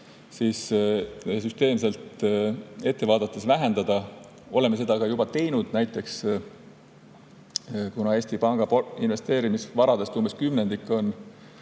seda süsteemselt ette vaadates vähendada. Oleme seda ka juba teinud. Näiteks, kuna Eesti Panga investeerimisvaradest umbes kümnendik on